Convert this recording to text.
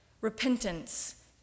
repentance